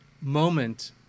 moment